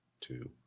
two